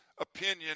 opinion